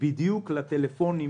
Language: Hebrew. בדיוק לטלפונים